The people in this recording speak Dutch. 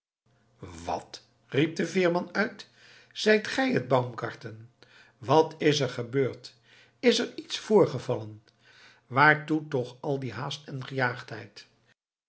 wat riep de veerman uit zijt gij het baumgarten wat is er gebeurd is er iets voorgevallen waartoe toch al die haast en gejaagdheid